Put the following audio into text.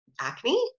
acne